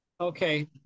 Okay